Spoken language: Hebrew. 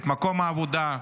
את מקום העבודה,